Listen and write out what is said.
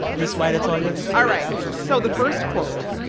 miss white, it's all yours all right. so the first quote.